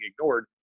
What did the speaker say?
ignored